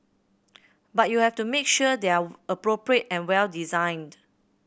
but you have to make sure they're appropriate and well designed